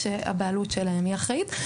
שהבעלות שלהם אחראית.